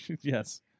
yes